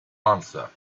answer